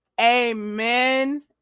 Amen